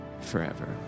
forever